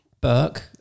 Burke